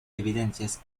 evidencias